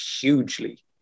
hugely